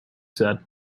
said